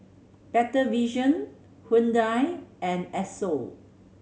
Better Vision Hyundai and Esso